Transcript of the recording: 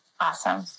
awesome